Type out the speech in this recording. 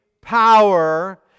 power